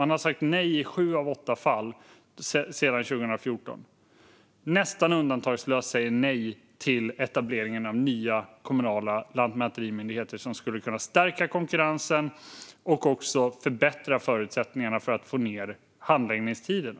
Man har sagt nej i sju av åtta fall sedan 2014 till etablering av nya kommunala lantmäterimyndigheter, som skulle kunna stärka konkurrensen och förbättra förutsättningarna för att få ned handläggningstiderna.